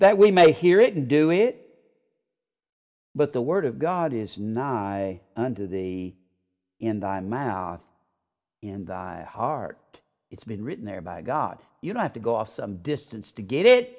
that we may hear it and do it but the word of god is not under the in the mouth in the heart it's been written there by god you don't have to go off some distance to get it